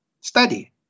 study